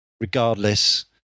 regardless